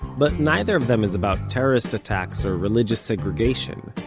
but neither of them is about terrorist attacks or religious segregation